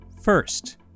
First